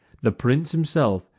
the prince himself,